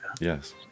Yes